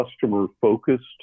customer-focused